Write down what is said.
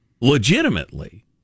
legitimately